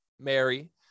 Mary